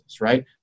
right